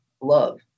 love